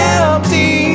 empty